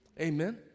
Amen